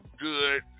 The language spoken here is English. good